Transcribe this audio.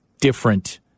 different